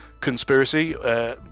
conspiracy